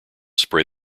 spray